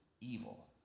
evil